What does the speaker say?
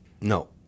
No